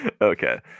Okay